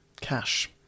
Cash